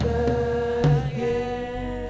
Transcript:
again